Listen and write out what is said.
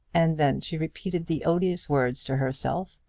and then she repeated the odious words to herself,